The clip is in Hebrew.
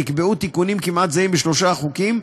נקבעו תיקונים כמעט זהים בשלושה חוקים,